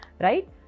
right